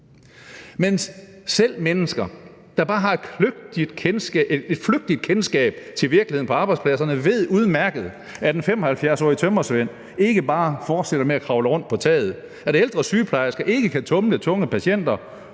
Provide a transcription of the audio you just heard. Men selv mennesker, der bare har et flygtigt kendskab til virkeligheden på arbejdspladserne, ved udmærket, at en 75-årig tømrersvend ikke bare fortsætter med at kravle rundt på taget, at ældre sygeplejersker ikke kan tumle tunge patienter,